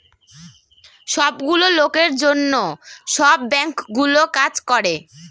সব গুলো লোকের জন্য সব বাঙ্কগুলো কাজ করে